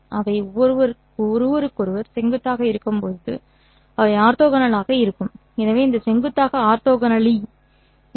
அவை ஒருவருக்கொருவர் செங்குத்தாக இருக்கும்போது அவை ஆர்த்தோகனலாக இருக்கும்